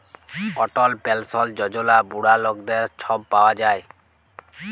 অটল পেলসল যজলা বুড়া লকদের ছব পাউয়া যায়